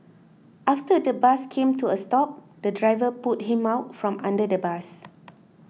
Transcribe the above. after the bus came to a stop the driver pulled him out from under the bus